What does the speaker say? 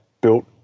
built